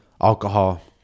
alcohol